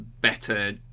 better